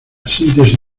síntesis